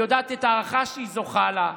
היא יודעת את ההערכה שהיא זוכה לה.